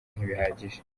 ntibihagije